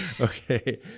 Okay